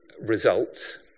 results